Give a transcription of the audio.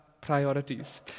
priorities